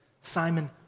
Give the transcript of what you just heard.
Simon